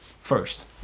first